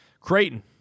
Creighton